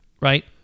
Right